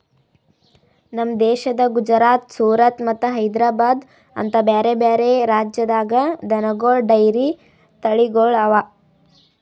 ನಮ್ ದೇಶದ ಗುಜರಾತ್, ಸೂರತ್ ಮತ್ತ ಹೈದ್ರಾಬಾದ್ ಅಂತ ಬ್ಯಾರೆ ಬ್ಯಾರೆ ರಾಜ್ಯದಾಗ್ ದನಗೋಳ್ ಡೈರಿ ತಳಿಗೊಳ್ ಅವಾ